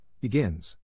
Begins